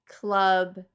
club